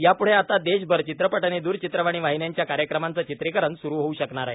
याप्ढे आता देशभर चित्रपट आणि द्रचित्रवाणी वाहिन्यांच्या कार्यक्रमांचे चित्रीकरण स्रु होऊ शकणार आहे